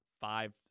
five